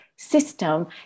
system